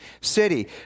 city